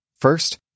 First